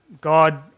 God